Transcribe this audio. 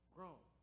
Grown